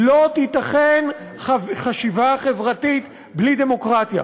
לא תיתכן חשיבה חברתית בלי דמוקרטיה.